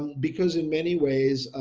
because in many ways.